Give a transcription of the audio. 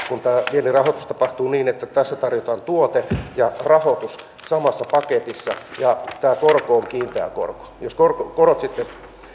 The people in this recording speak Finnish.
tämä viennin rahoitus tapahtuu niin että tässä tarjotaan tuote ja rahoitus samassa paketissa ja tämä korko on kiinteä korko jos korot sitten